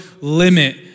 limit